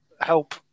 help